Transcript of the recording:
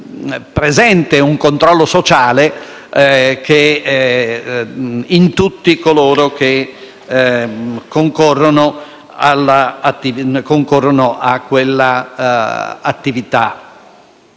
presente un controllo sociale in tutti coloro che concorrono a quell'attività.